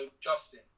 Justin